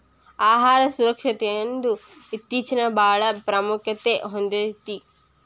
ಆಹಾರ ಸುರಕ್ಷತೆಯನ್ನುದು ಇತ್ತೇಚಿನಬಾಳ ಪ್ರಾಮುಖ್ಯತೆ ಹೊಂದೈತಿ